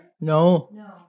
No